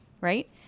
right